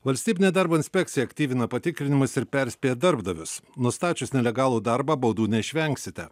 valstybinė darbo inspekcija aktyvina patikrinimus ir perspėja darbdavius nustačius nelegalų darbą baudų neišvengsite